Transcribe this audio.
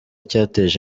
cyateje